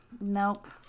Nope